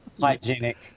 hygienic